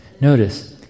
Notice